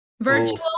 Virtual